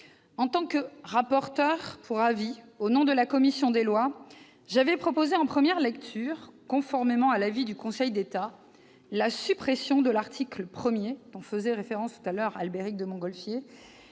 En tant que rapporteur pour avis au nom de la commission des lois, j'avais proposé en première lecture, conformément à l'avis du Conseil d'État, la suppression de l'article 1, auquel faisait référence M. le rapporteur.